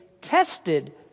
tested